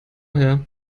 her